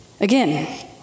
Again